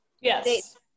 Yes